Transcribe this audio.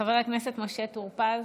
חבר הכנסת משה טור פז.